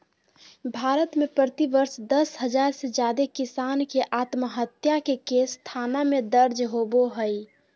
भारत में प्रति वर्ष दस हजार से जादे किसान के आत्महत्या के केस थाना में दर्ज होबो हई